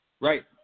Right